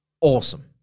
awesome